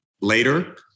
later